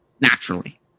Naturally